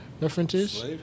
references